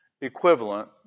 equivalent